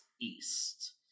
East